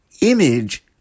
image